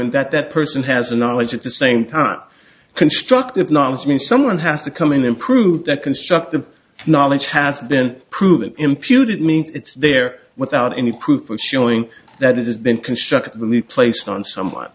and that that person has the knowledge at the same time constructed knowledge means someone has to come in and prove that constructive knowledge has been proven imputed means it's there without any proof showing that it has been constructively placed on someone